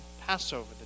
Passover